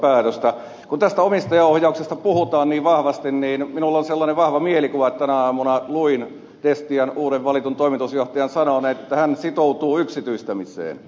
kun tästä omistajaohjauksesta puhutaan niin vahvasti niin minulla on sellainen vahva mielikuva että tänä aamuna luin destian uuden valitun toimitusjohtajan sanoneen että hän sitoutuu yksityistämiseen